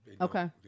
Okay